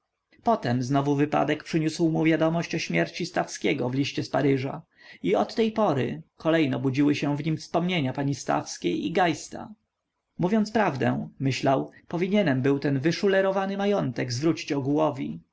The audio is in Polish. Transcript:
potem znowu wypadek przyniósł mu wiadomość o śmierci stawskiego w liście z paryża i od tej chwili kolejno budziły się w nim wspomnienia pani stawskiej i geista mówiąc prawdę myślał powinienbym ten wyszulerowany majątek zwrócić ogółowi